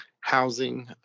housing